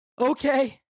Okay